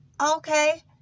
Okay